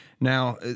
now